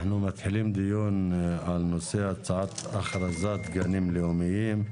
אנחנו מתחילים בדיון בנושא הצעת אכרזת גנים לאומים,